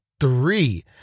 Three